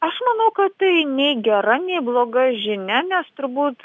aš manau kad tai nei gera nei bloga žinia nes turbūt